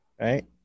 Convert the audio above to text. right